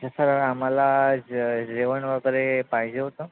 अच्छा आम्हाला जे जेवण वगैरे पाहिजे होतं